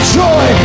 joy